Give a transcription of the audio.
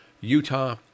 Utah